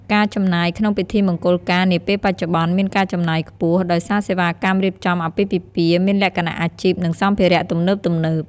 ការចំណាយក្នុងពិធីមង្គលការនាពេលបច្ចុប្បន្ន មានការចំណាយខ្ពស់ ដោយសារសេវាកម្មរៀបចំអាពាហ៍ពិពាហ៍មានលក្ខណៈអាជីព និងសម្ភារៈទំនើបៗ។